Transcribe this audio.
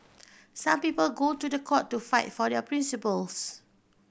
some people go to the court to fight for their principles